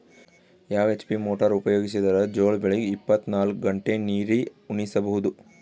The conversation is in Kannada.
ಯಾವ ಎಚ್.ಪಿ ಮೊಟಾರ್ ಉಪಯೋಗಿಸಿದರ ಜೋಳ ಬೆಳಿಗ ಇಪ್ಪತ ನಾಲ್ಕು ಗಂಟೆ ನೀರಿ ಉಣಿಸ ಬಹುದು?